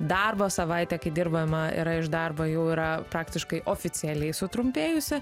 darbo savaitė kai dirbama yra iš darbo jau yra praktiškai oficialiai sutrumpėjusi